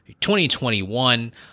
2021